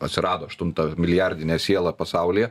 atsirado aštuntamilijardinė siela pasaulyje